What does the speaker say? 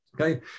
Okay